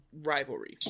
rivalry